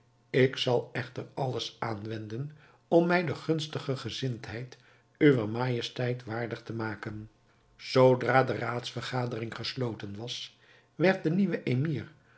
ik zal echter alles aanwenden om mij de gunstige gezindheid uwer majesteit waardig te maken zoodra de raadsvergadering gesloten was werd de nieuwe